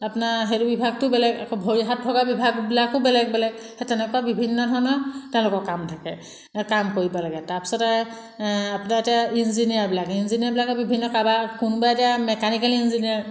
আপোনাৰ সেইটো বিভাগটো বেলেগ আকৌ ভৰি হাত ভগা বিভাগবিলাকো বেলেগ বেলেগ সেই তেনেকুৱা বিভিন্ন ধৰণৰ তেওঁলোকৰ কাম থাকে কাম কৰিব লাগে তাৰপিছতে আপোনাৰ এতিয়া ইঞ্জিনিয়াৰবিলাকে ইঞ্জিনিয়াৰবিলাকে বিভিন্ন ধৰণৰ কাৰোবাৰ কোনোবা এতিয়া মেকানিকেল ইঞ্জিনিয়াৰ